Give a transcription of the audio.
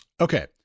Okay